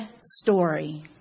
story